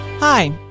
Hi